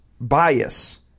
bias